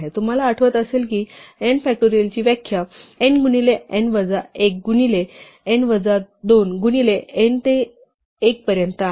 तुम्हाला आठवत असेल की n फॅक्टोरियलची व्याख्या n गुणिले n वजा 1गुणिले n वजा 2 गुणिले n ते 1 पर्यंत आहे